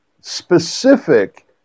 specific